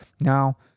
Now